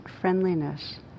friendliness